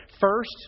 first